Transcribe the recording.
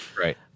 right